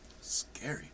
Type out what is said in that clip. Scary